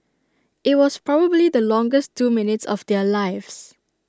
IT was probably the longest two minutes of their lives